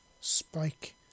Spike